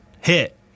hit